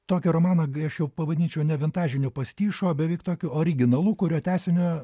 tokio romano kai aš jau pavadinčiau ne vintažiniu pastišu o beveik tokiu originalu kurio tęsiniu